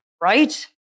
Right